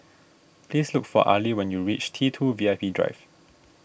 please look for Ali when you reach T two V I P Drive